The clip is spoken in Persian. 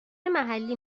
محلی